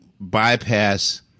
bypass